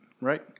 right